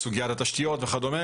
כמו סוגיית התשתיות וכדו',